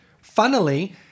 Funnily